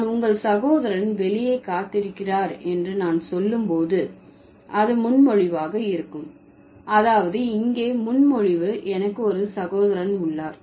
நான் உங்கள் சகோதரன் வெளியே காத்திருக்கிறார் என்று நான் சொல்லும் போது அது முன்மொழிவாக இருக்கும் அதாவது இங்கே முன்மொழிவு எனக்கு ஒரு சகோதரன் உள்ளார்